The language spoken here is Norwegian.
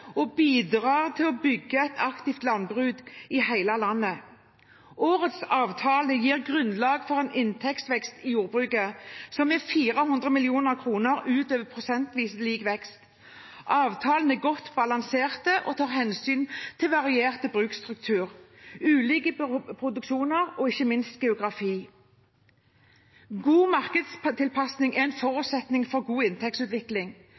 og bidrar til å bygge et aktivt landbruk i hele landet. Årets avtale gir grunnlag for en inntektsvekst i jordbruket som er 400 mill. kr utover prosentvis lik vekst. Avtalen er godt balansert og tar hensyn til variert bruksstruktur, ulike produksjoner og ikke minst geografi. God markedstilpasning er en forutsetning for god inntektsutvikling.